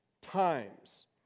times